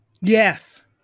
Yes